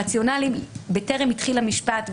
הרציונלים בטרם התחיל המשפט,